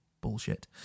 bullshit